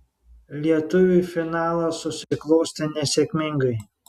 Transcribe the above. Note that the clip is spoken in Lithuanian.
lietuviui finalas susiklostė nesėkmingai